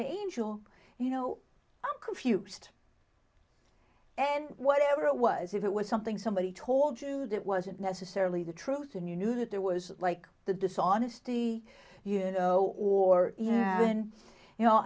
a angel you know i'm confused and whatever it was if it was something somebody told you that wasn't necessarily the truth and you knew that there was like the dishonesty you know or you know